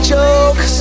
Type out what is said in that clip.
joke